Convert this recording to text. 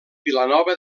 vilanova